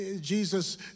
Jesus